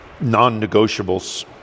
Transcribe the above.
non-negotiables